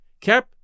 Cap